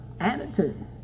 attitude